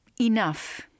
Enough